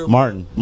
Martin